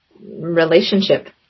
relationship